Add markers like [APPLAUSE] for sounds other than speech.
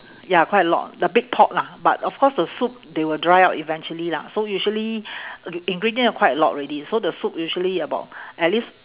ya quite a lot the big pot lah but of course the soup they will dry up eventually lah so usually [BREATH] in~ ingredient are quite a lot already so the soup usually about at least